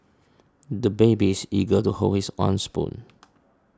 the baby is eager to hold his own spoon